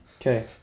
okay